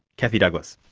kathy douglas.